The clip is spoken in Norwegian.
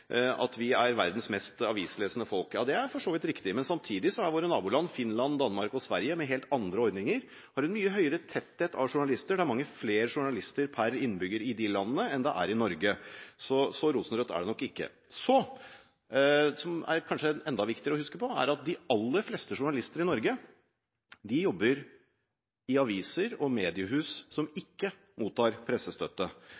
at vi er verdens mest avislesende folk. Det er for så vidt riktig, men samtidig har våre naboland Finland, Danmark og Sverige – som har helt andre ordninger – en mye høyere tetthet av journalister. Det er mange flere journalister per innbygger i de landene enn det er i Norge, så så rosenrødt er det nok ikke. Noe som kanskje er enda viktigere å huske på, er at de aller fleste journalister i Norge jobber i aviser og mediehus som